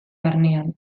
barnean